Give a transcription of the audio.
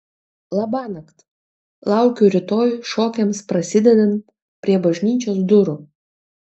labanakt laukiu rytoj šokiams prasidedant prie bažnyčios durų